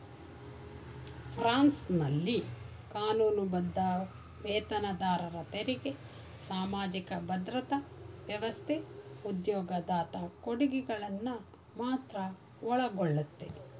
ಫ್ರಾನ್ಸ್ನಲ್ಲಿ ಕಾನೂನುಬದ್ಧ ವೇತನದಾರರ ತೆರಿಗೆ ಸಾಮಾಜಿಕ ಭದ್ರತಾ ವ್ಯವಸ್ಥೆ ಉದ್ಯೋಗದಾತ ಕೊಡುಗೆಗಳನ್ನ ಮಾತ್ರ ಒಳಗೊಳ್ಳುತ್ತೆ